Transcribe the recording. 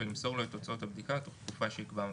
ולמסור לו את תוצאות הבדיקה בתוך תקופה שיקבע המפקח.